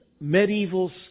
medieval